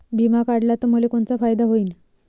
बिमा काढला त मले कोनचा फायदा होईन?